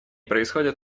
происходят